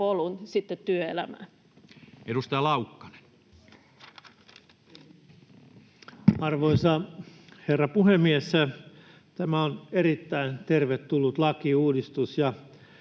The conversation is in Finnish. No nyt. Edustaja Laukkanen. Arvoisa herra puhemies! Tämä on erittäin tervetullut lakiuudistus